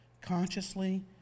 consciously